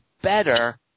better